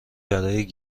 برای